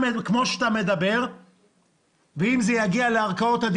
אם העניין יגיע לערכאות,